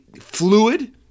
fluid